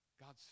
God's